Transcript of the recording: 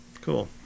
Cool